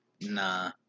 nah